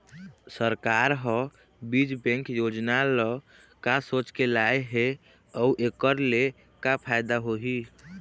सरकार ह बीज बैंक योजना ल का सोचके लाए हे अउ एखर ले का फायदा होही?